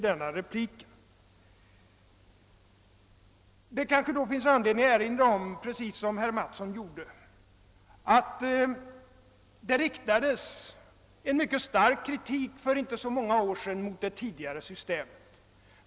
Det torde då finnas anledning erinra om — som herr Mattsson gjorde — att det för inte så många år sedan riktades mycket stark kritik mot det tidigare systemet.